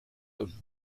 und